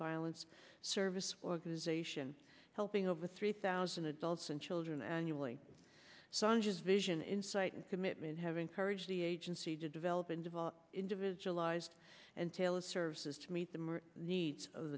violence service organization helping over three thousand adults and children annually saunders vision insight commitment have encouraged the agency to develop and develop individualized and tailored services to meet the needs of